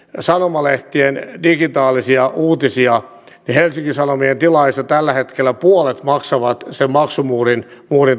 sanomalehtien digitaalisia uutisia niin helsingin sanomien tilaajista tällä hetkellä puolet maksaa sen maksumuurin